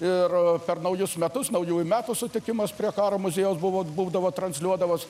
ir per naujus metus naujųjų metų sutikimas prie karo muziejaus buvo būdavo transliuodavos